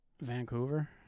Vancouver